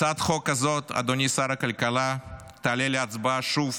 הצעת החוק הזאת, אדוני שר הכלכלה, תעלה להצבעה שוב